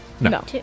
No